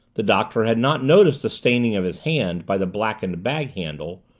the doctor had not noticed the staining of his hand by the blackened bag handle,